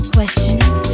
Questions